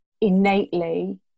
innately